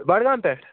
بڈگام پٮ۪ٹھٕ